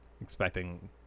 expecting